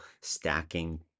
stacking